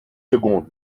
secondes